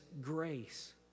grace